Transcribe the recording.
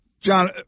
John